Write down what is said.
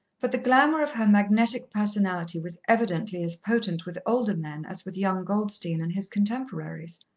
but the glamour of her magnetic personality was evidently as potent with older men as with young goldstein and his contemporaries.